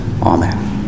Amen